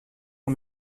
ont